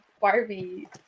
Barbie